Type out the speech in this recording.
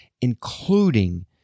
including